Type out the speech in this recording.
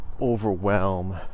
overwhelm